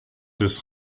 des